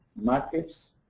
markets,